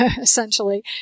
essentially